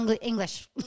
English